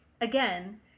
again